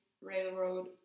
Railroad